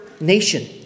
nation